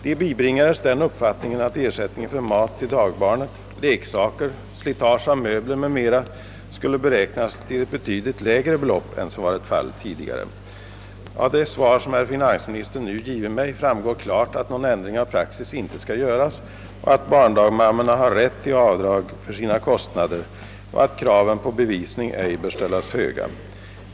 De bibringades den uppfattningen att ersättningen för mat till dagbarnet, leksaker, slitage av möbler m.m. skulle beräknas till ett betydligt lägre belopp än som varit fallet tidigare. Av det svar som finansministern nu givit mig framgår klart, att någon ändring av praxis inte skall göras, att barndagmammorna har rätt till avdrag för sina kostnader och att kraven på bevisning ej bör stäl las höga.